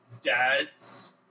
dad's